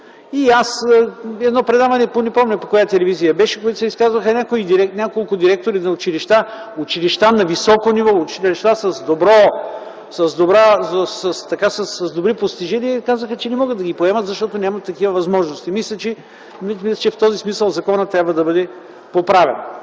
И аз в едно предаване, не помня в коя телевизия беше, в която се изказаха няколко директори на училища на високо ниво, училища с добри постижения, казаха, че не могат да ги поемат, защото нямат такива възможности. Мисля, че в този смисъл законът трябва да бъде поправен.